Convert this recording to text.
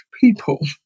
people